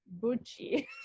Bucci